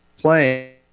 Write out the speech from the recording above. playing